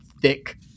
thick